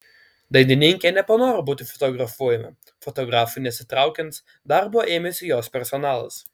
dainininkė nepanoro būti fotografuojama fotografui nesitraukiant darbo ėmėsi jos personalas